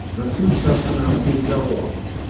the two personalities are one.